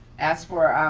ask for,